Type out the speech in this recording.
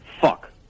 Fuck